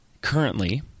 currently